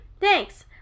thanks